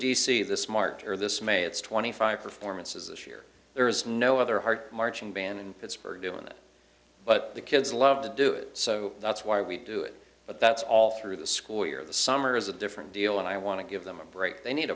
or this may it's twenty five performances this year there is no other hard marching band in pittsburgh doing that but the kids love to do it so that's why we do it but that's all through the school year the summer is a different deal and i want to give them a break they need